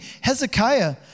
Hezekiah